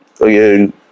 again